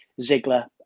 Ziggler